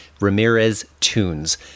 RamirezTunes